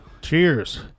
Cheers